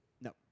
No